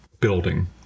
building